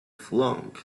flung